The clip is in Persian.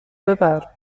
ببر